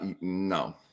No